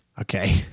Okay